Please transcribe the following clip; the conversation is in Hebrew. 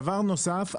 דבר נוסף.